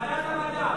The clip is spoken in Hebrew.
ועדת המדע.